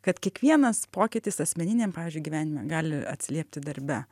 kad kiekvienas pokytis asmeniniam pavyzdžiui gyvenime gali atsiliepti darbe